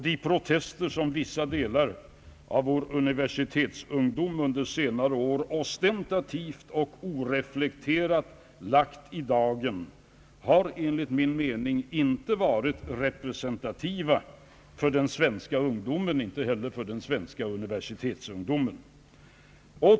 De protester som vissa delar av vår universitetsungdom under senare år ostentativt och Allmänpolitisk debatt oreflekterat lagt i dagen har enligt min mening inte varit representativa för den svenska ungdomen, inte heller för den svenska universitetsungdomen.